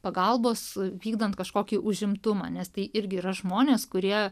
pagalbos vykdant kažkokį užimtumą nes tai irgi yra žmonės kurie